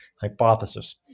hypothesis